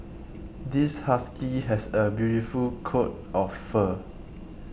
this husky has a beautiful coat of fur